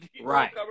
Right